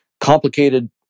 complicated